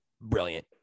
brilliant